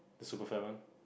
the super fat one